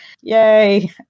Yay